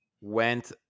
went